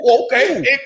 okay